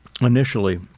initially